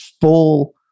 full